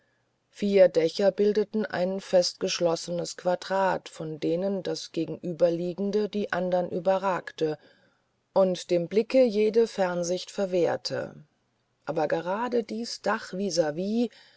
vier dächer bildeten ein festgeschlossenes quadrat von denen das gegenüberliegende die anderen überragte und dem blicke jede fernsicht verwehrte aber gerade dies